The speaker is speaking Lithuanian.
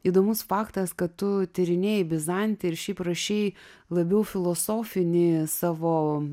įdomus faktas kad tu tyrinėji bizantiją ir šiaip rašei labiau filosofinį savo